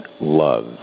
love